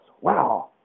Wow